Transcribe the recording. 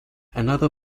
another